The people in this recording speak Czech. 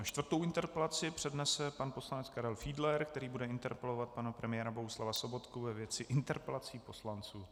Čtvrtou interpelaci přednese pan poslanec Karel Fiedler, který bude interpelovat pana premiéra Bohuslava Sobotku ve věci interpelací poslanců.